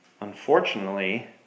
Unfortunately